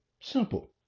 Simple